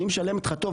אני משלמת לך טוב.